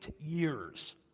years